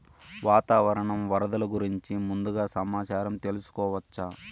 వాతావరణం వరదలు గురించి ముందుగా సమాచారం తెలుసుకోవచ్చా?